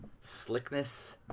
slickness